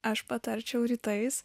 aš patarčiau rytais